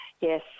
Yes